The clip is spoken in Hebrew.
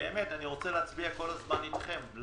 באמת אני רוצה להצביע כל הזמן אתכם,